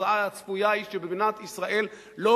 והתוצאה הצפויה היא שבמדינת ישראל לא